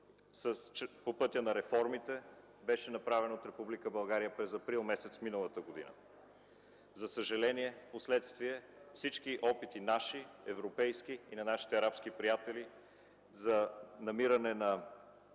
по пътя на реформите беше направен от Република България през месец април миналата година. За съжаление впоследствие всички наши, европейски и на нашите арабски приятели опити за намиране на